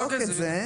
אני אבדוק את זה.